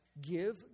Give